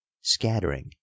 scattering